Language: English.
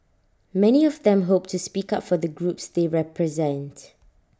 many of them hope to speak up for the groups they represent